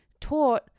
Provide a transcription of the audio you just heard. taught